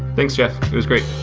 thanks, jeff. it was great.